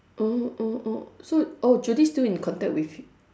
oh oh oh so oh Judy still in contact with